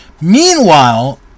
Meanwhile